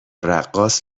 رقاص